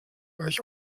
euch